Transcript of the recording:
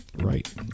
right